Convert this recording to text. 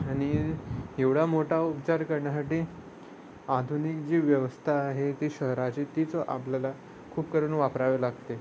आणि एवढा मोठा उपचार करण्यासाठी आधुनिक जी व्यवस्था आहे ती शहराची तीच आपल्याला खूप करून वापरावे लागते